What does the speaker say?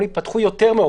כן.